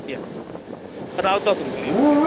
रावतां तुमकां या या